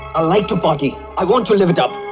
i like to party! i want to live it up!